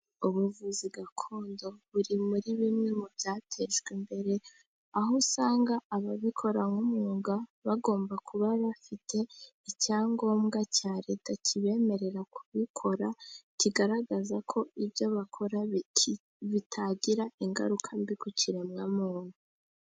Ubuvuzi gakondo buri muri bimwe mu byatejwe imbere , aho usanga ababikora nk'umwuga bagomba kuba bafite icyangombwa cya Leta kibemerera kubikora , kigaragaza ko ibyo bakora bitagira ingaruka mbi ku kiremwamuntu.